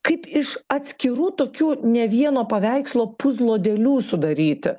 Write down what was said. kaip iš atskirų tokių ne vieno paveikslo puzlo dalių sudaryti